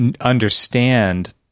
understand